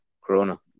corona